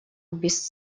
без